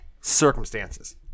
circumstances